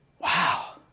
Wow